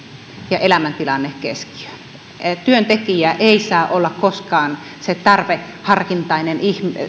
ja elämäntilanne keskiöön työntekijä ei saa olla koskaan se tarveharkintainen